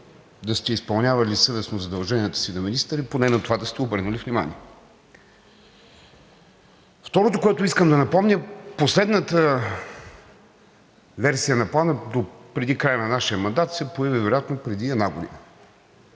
да сте изпълнявали съвестно задълженията си на министър и поне на това да сте обърнали внимание. Второто, което искам да напомня – последната версия на Плана допреди края на нашия мандат се появи вероятно преди една година.